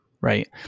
right